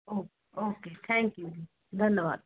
O okay thank you ਧੰਨਵਾਦ